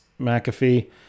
McAfee